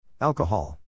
Alcohol